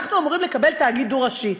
ואנחנו אמורים לקבל תאגיד דו-ראשי.